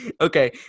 Okay